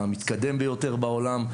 המתקדם היום בעולם,